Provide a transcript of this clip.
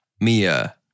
Mia